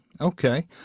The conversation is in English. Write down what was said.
okay